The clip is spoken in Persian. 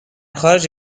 خارج